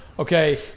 Okay